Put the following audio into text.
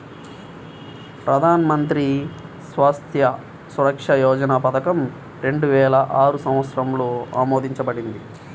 ప్రధాన్ మంత్రి స్వాస్థ్య సురక్ష యోజన పథకం రెండు వేల ఆరు సంవత్సరంలో ఆమోదించబడింది